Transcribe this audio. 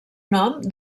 nom